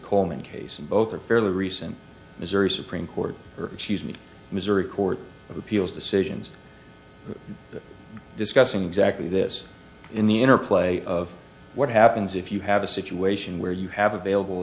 coleman case and both are fairly recent missouri supreme court or excuse me missouri court of appeals decisions discussing exactly this in the interplay of what happens if you have a situation where you have available